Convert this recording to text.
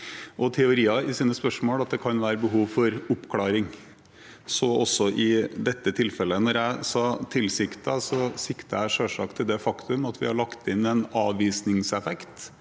teorier i sine spørsmål at det kan være behov for oppklaring – så også i dette tilfellet. Da jeg sa «tilsiktet», siktet jeg selvsagt til det faktum at vi har lagt inn en avvisningseffekt,